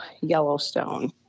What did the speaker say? Yellowstone